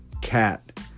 cat